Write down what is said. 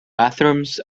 bathrooms